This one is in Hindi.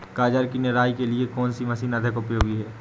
गाजर की निराई के लिए कौन सी मशीन अधिक उपयोगी है?